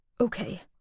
Okay